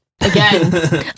again